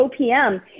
OPM